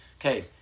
Okay